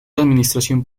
administración